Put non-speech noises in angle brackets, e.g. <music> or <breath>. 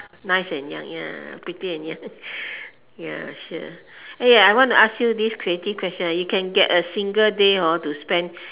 nice and young ya pretty and young <breath> ya sure eh I want to ask you this creative question you can a single day hor to spend